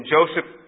Joseph